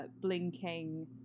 blinking